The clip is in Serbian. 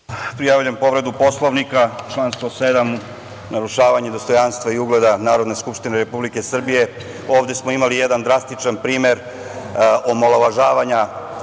Prijavljujem povredu Poslovnika, član 107 – narušavanje dostojanstva i ugleda Narodne skupštine Republike Srbije. Ovde smo imali jedan drastičan primer omalovažavanja